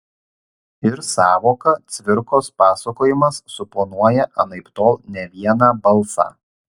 ir sąvoka cvirkos pasakojimas suponuoja anaiptol ne vieną balsą